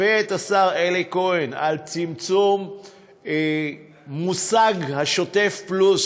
ואת השר אלי כהן על צמצום המושג "שוטף פלוס